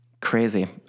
crazy